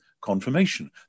confirmation